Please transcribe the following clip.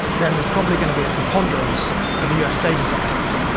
then there's probably going to be a preponderance of u s. data centers,